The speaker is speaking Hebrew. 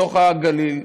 לתוך הגליל.